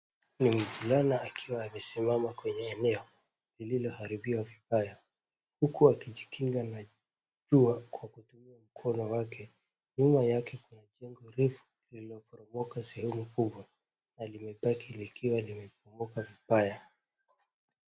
Huyu ni mvulana akiwa amesimama kwenye eneo liliohariibwa vibaya huku akijikinga na jua kwa kutumia mkono wake. Nyuma yake ni jengo refu lililoporomoka sehemu kubwa na limebaki likiwa limebomoka vibaya.